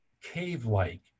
cave-like